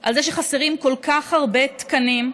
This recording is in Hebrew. על זה שחסרים כל כך הרבה תקנים.